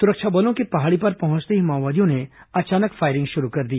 सुरक्षा बलों के पहाड़ी पर पहुंचते ही माओवादियों ने अचानक फायरिंग शुरू कर दी